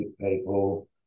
people